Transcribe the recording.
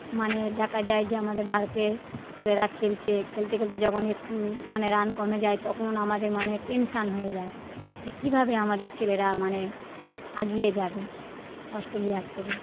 মানে দেখা যায় যে আমাদের ভারতে ছেলেরা খেলছে খেলতে খেলতে যখন একটু মানে রান কমে যায় তখন আমাদের মনে টেনশান হয়ে যায় যে কীভাবে আমাদের ছেলেরা মানে আগিয়ে যাবে অস্টেলিয়ার থেকে